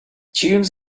dunes